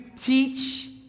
teach